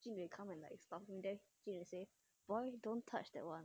jun wei come and stop him then jun wei say boy don't touch that [one]